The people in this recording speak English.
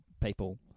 people